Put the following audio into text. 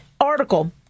article